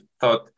thought